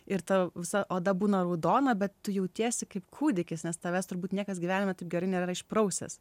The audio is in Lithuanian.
ir ta visa oda būna raudona bet tu jautiesi kaip kūdikis nes tavęs turbūt niekas gyvenime taip gerai nėra išprausęs